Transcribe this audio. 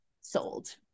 sold